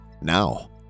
now